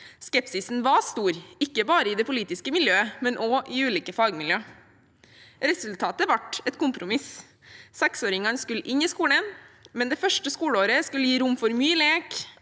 Skepsisen var stor, ikke bare i det politiske miljøet, men også i ulike fagmiljøer. Resultatet ble et kompromiss. Seksåringene skulle inn i skolen, men det første skoleåret skulle gi rom for mye lek